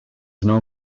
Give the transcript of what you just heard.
known